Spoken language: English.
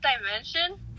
dimension